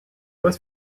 was